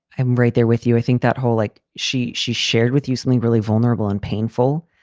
i'm right there with you. i think that whole like she. she shared with you something really vulnerable and painful.